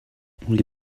wir